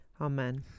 Amen